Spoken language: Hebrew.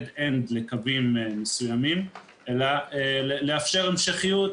end לקווים מסוימים אלא לאפשר המשכיות,